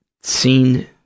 seen